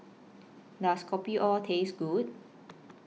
Does Kopio Taste Good